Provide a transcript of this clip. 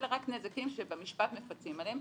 אלא רק נזקים שבמשפט מפצים עליהם.